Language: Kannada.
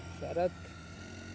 ಶರತ್